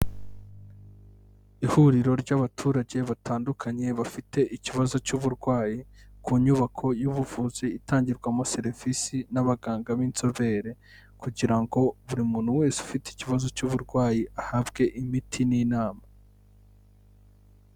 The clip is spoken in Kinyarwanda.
Ihuriro ry'abaturage batandukanye bafite ikibazo cy'uburwayi, ku nyubako y'ubuvuzi itangirwamo serivisi n'abaganga b'inzobere, kugira ngo buri muntu wese ufite ikibazo cy'uburwayi ahabwe imiti n'inama.